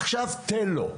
עכשיו תן לו.